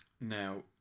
Now